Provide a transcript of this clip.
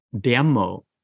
demo